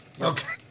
Okay